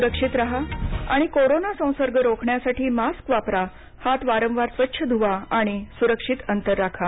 सुक्षित राहा आणि कोरोना संसर्ग रोखण्यासाठी मास्क वापरा हात वारंवार स्वच्छ धुवा आणि सुरक्षित अंतर राखा